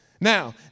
Now